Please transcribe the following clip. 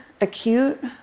acute